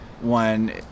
one